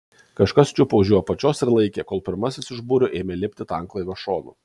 kažkas čiupo už jų apačios ir laikė kol pirmasis iš būrio ėmė lipti tanklaivio šonu